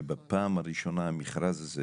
כשבפעם הראשונה המכרז הזה